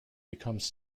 becomes